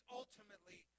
ultimately